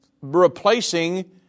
replacing